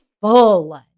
full –